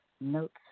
notes